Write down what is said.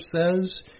says